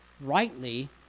rightly